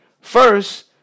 first